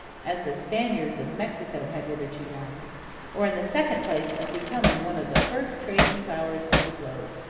as the spaniards of mexico have hitherto done or, in the second place, of becoming one of the first trading powers of the globe.